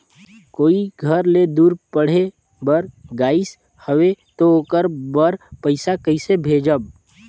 कोई घर ले दूर पढ़े बर गाईस हवे तो ओकर बर पइसा कइसे भेजब?